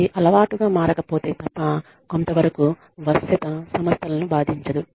అది అలవాటుగా మారకపోతే తప్ప కొంత వరకు వశ్యత సంస్థలను బాధించదు